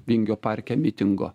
vingio parke mitingo